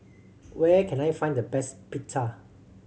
where can I find the best Pita